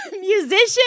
musician